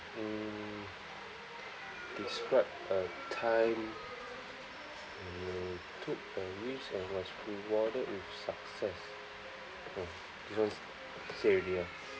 mm describe a time you took a risk and was rewarded with success uh this one is say already ah